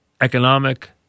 economic